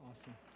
Awesome